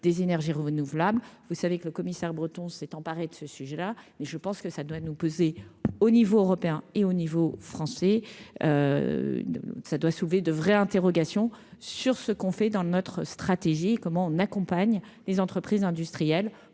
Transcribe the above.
des énergies renouvelables, vous savez que le commissaire breton s'est emparée de ce sujet là, mais je pense que ça doit nous poser au niveau européen et au niveau français, ça doit sauver de vraies interrogations sur ce qu'on fait dans notre stratégie, comment on accompagne les entreprises industrielles